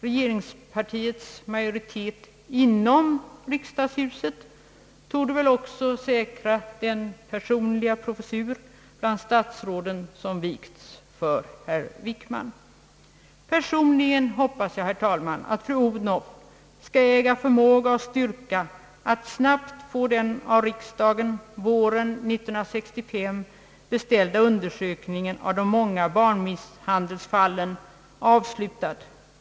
Regeringspartiets majoritet inom riksdagshuset torde säkra den »personliga professur» bland statsråden som vikts för herr Wickman. Personligen hoppas jag, herr talman, att fru Odhnoff skall äga förmåga och styrka att snabbt få den av riksdagen våren 1965 beställda undersökningen av de många barnmisshandelsfallen avslutad.